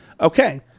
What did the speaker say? okay